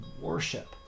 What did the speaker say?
worship